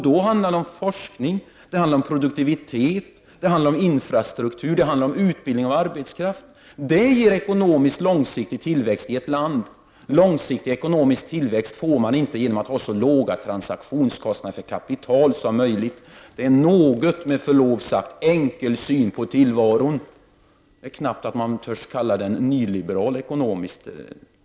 Då handlar det om forskning, produktivitet, infrastruktur och utbildning av arbetskraft. Det ger långsiktig ekonomisk tillväxt i ett land. En sådan tillväxt får man inte genom att ha så låga transaktionskostnader som möjligt för kapitalet. Det är med förlov sagt en någon enkel syn på tillvaron. Jag vågar knappt ens kalla den ekonomiskt nyliberal.